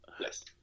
yes